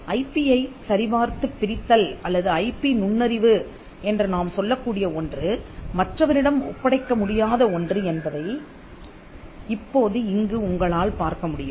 IP யை சரிபார்த்துப் பிரித்தல் அல்லது ஐபி நுண்ணறிவு என்று நாம் சொல்லக்கூடிய ஒன்று மற்றவரிடம் ஒப்படைக்க முடியாத ஒன்று என்பதை இப்போது இங்கு உங்களால் பார்க்க முடியும்